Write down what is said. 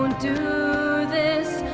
and do this!